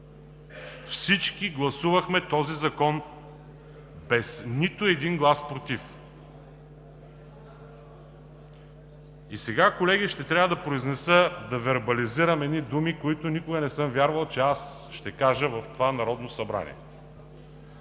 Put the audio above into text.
всички гласувахме този закон без нито един глас „против“. И сега, колеги, ще трябва да произнеса, да вербализирам едни думи, които никога не съм вярвал, че ще кажа в това Народно събрание.